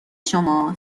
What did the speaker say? شما